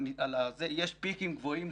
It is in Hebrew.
יש פיקים גבוהים,